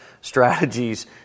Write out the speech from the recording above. strategies